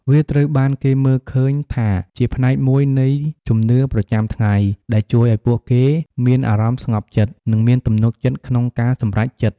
វាត្រូវបានគេមើលឃើញថាជាផ្នែកមួយនៃជំនឿប្រចាំថ្ងៃ ដែលជួយឱ្យពួកគេមានអារម្មណ៍ស្ងប់ចិត្ត និងមានទំនុកចិត្តក្នុងការសម្រេចចិត្ត។